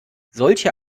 solche